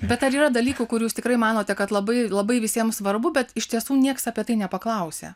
bet ar yra dalykų kur jūs tikrai manote kad labai labai visiems svarbu bet iš tiesų nieks apie tai ne nepaklausė